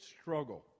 struggle